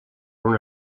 una